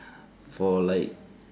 for like